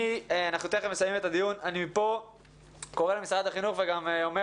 מכאן אני קורא למשרד החינוך וגם אומר